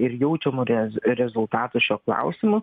ir jaučiamų rez rezultatų šiuo klausimu